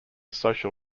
social